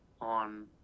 on